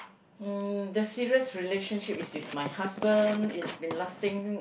mm the serious relationship is with my husband it's been lasting